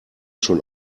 schon